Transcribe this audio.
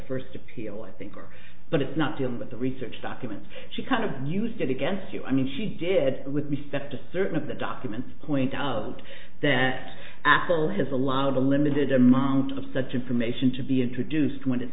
first appealing thinker but it's not dealing with the research documents she kind of used it against you i mean she did it with respect to certain of the documents point out that apple has allowed a limited amount of such information to be introduced when it